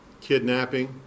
kidnapping